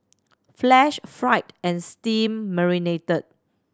flash fried and steam marinated